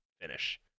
finish